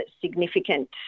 significant